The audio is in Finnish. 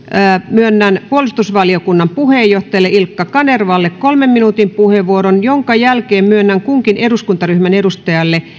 myönnän puolustusvaliokunnan puheenjohtajalle ilkka kanervalle kolmen minuutin puheenvuoron jonka jälkeen myönnän kunkin eduskuntaryhmän edustajalle kahden